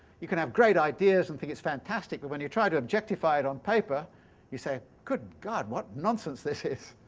you can have great ideas and think it is fantastic, and when you try to objectify it on paper you say good god, what nonsense this is!